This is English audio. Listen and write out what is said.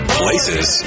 places